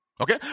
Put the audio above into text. okay